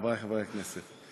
חברי חברי הכנסת,